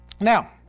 now